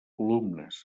columnes